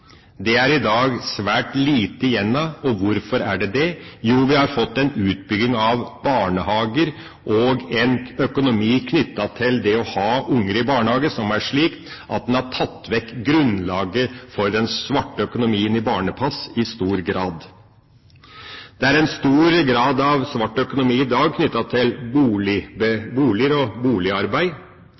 Det er det i dag svært lite igjen av. Og hvorfor er det det? Jo, vi har fått en utbygging av barnehager og en økonomi knyttet til det å ha barn i barnehage som er slik at den har tatt vekk grunnlaget for den svarte økonomien i barnepass i stor grad. Det er en stor grad av svart økonomi i dag knyttet til boliger og boligarbeid.